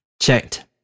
checked